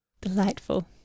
Delightful